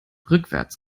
rückwärts